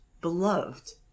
beloved